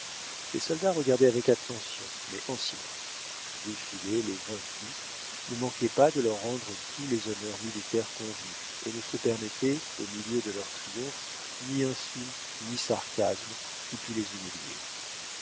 les soldats regardaient avec attention mais en silence défiler les vaincus ne manquaient pas de leur rendre tous les honneurs militaires convenus et ne se permettaient au milieu de leur triomphe ni insulte ni sarcasme qui pût les humilier